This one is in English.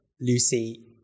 Lucy